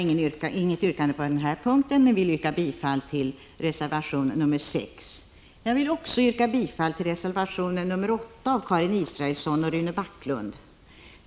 Jag har inget yrkande på denna punkt, men ber att få yrka bifall till reservation 6. Jag vill också yrka bifall till reservation 8 av Karin Israelsson och Rune Backlund.